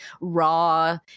raw